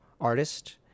artist